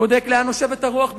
בודק לאן נושבת הרוח,